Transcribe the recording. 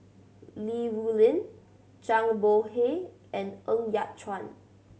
Li Rulin Zhang Bohe and Ng Yat Chuan